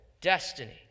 destiny